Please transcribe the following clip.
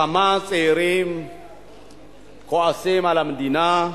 כמה הצעירים כועסים על המדינה,